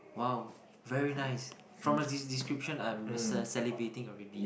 !wow! very nice from the the description I'm sa~ salivating already